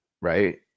right